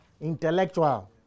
intellectual